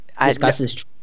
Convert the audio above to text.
discusses